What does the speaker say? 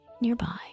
Nearby